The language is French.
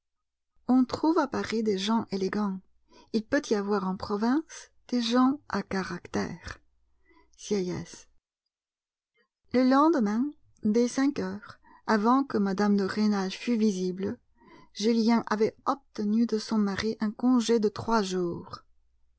on trouve à paris des gens élégants il peut y avoir en province des gens à caractère sieyes le lendemain dès cinq heures avant que mme de rênal fût visible julien avait obtenu de son mari un congé de trois jours